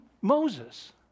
Moses